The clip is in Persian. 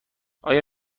کجا